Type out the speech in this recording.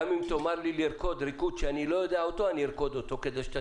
גם אם תאמר לי לרקוד ריקוד שאני לא יודע אותו אני ארקוד